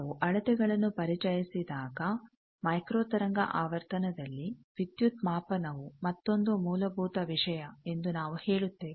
ನಾವು ಅಳತೆಗಳನ್ನು ಪರಿಚಯಿಸಿದಾಗ ಮೈಕ್ರೊ ತರಂಗ ಆವರ್ತನದಲ್ಲಿ ವಿದ್ಯುತ್ ಮಾಪನವು ಮತ್ತೊಂದು ಮೂಲಭೂತ ವಿಷಯ ಎಂದು ನಾವು ಹೇಳುತ್ತೇವೆ